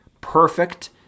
perfect